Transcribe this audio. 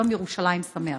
יום ירושלים שמח.